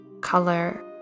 color